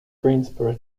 greensboro